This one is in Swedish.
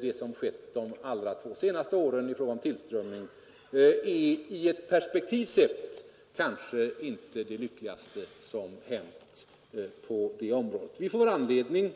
Det som skett de två senaste åren i fråga om tillströmningen är, sett i ett perspektiv, kanske inte det lyckligaste som hänt på området. Vi får väl anledning